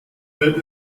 wird